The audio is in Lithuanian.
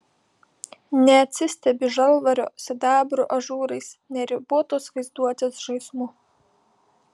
neatsistebi žalvario sidabro ažūrais neribotos vaizduotės žaismu